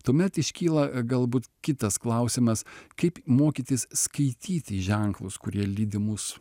tuomet iškyla galbūt kitas klausimas kaip mokytis skaityti ženklus kurie lydi mus